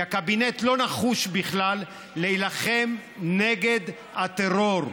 כי הקבינט לא נחוש בכלל להילחם נגד הטרור.